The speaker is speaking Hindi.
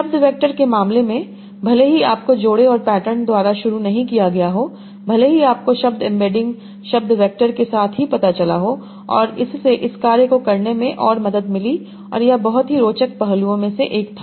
शब्द वैक्टर के मामले में भले ही आपको जोड़े और पैटर्न द्वारा शुरू नहीं किया गया हो भले ही आपको शब्द एम्बेडिंग शब्द वैक्टर के साथ ही पता चला हो इससे इस कार्य को करने में और भी मदद मिली और यह बहुत ही रोचक पहलुओं में से एक था